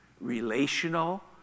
relational